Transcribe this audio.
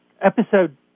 episode